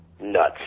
Nuts